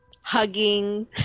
hugging